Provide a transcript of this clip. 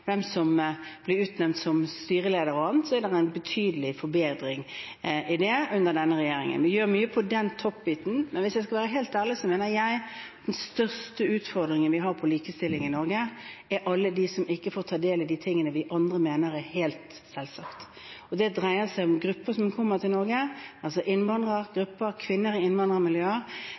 er det en betydelig forbedring under denne regjeringen. Vi gjør mye på toppen, men hvis jeg skal være helt ærlig, mener jeg at den største utfordringen vi har når det gjelder likestilling i Norge, er alle de som ikke får ta del i det vi andre mener er helt selvsagte. Det dreier seg om grupper som kommer til Norge, kvinner i innvandrermiljøer.